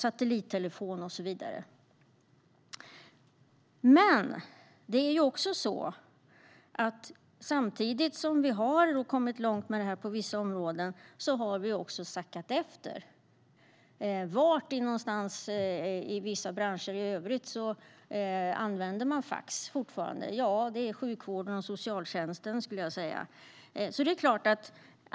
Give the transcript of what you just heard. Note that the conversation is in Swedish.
Samtidigt som vi har kommit långt med digitaliseringen på vissa områden har vi sackat efter på andra. Inom sjukvården och socialtjänsten används till exempel fortfarande fax.